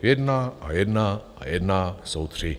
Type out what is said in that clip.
Jedna a jedna a jedna jsou tři.